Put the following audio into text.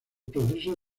proceso